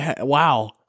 wow